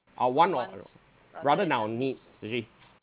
our want or rather than our need actually